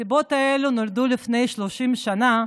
הסיבות האלה נולדו לפני 30 שנה,